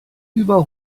über